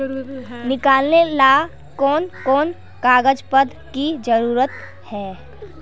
निकाले ला कोन कोन कागज पत्र की जरूरत है?